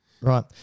Right